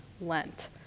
Lent